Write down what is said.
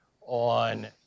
on